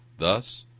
thus,